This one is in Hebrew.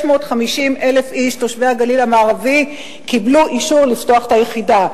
650,000 איש תושבי הגליל המערבי קיבלו אישור לפתוח את היחידה.